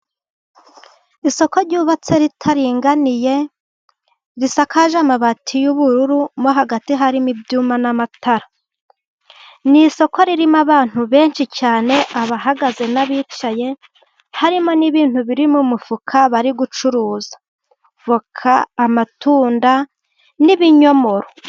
Isoko ryubatse ritaringaniye, risakaje amabati y'ubururu, mo hagati harimo ibyuma na matara, ni isoko ririmo abantu benshi cyane abahagaze n'abicaye, harimo n'ibintu biri mu mufuka bari gucuruza voka, amatunda n'ibinyomoro.